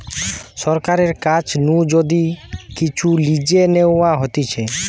সরকারের কাছ নু যদি কিচু লিজে নেওয়া হতিছে